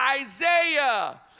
Isaiah